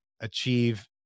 achieve